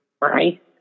Right